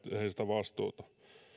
heistä vastuuta